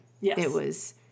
Yes